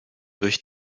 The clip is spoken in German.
durch